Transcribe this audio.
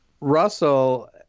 Russell